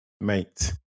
mate